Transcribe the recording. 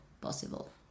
possible